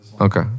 Okay